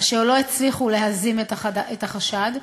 אשר לא הצליחו להזים את החשד,